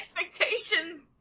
expectations